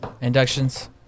inductions